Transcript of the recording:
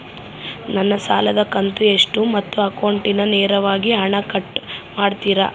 ನನ್ನ ಸಾಲದ ಕಂತು ಎಷ್ಟು ಮತ್ತು ಅಕೌಂಟಿಂದ ನೇರವಾಗಿ ಹಣ ಕಟ್ ಮಾಡ್ತಿರಾ?